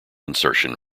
insertion